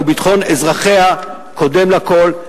וביטחון אזרחיה קודם כול,